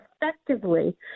effectively